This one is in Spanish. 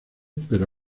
pero